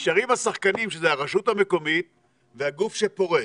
נשארים השחקנים שזה הרשות המקומית והגוף שפורס,